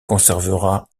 conservera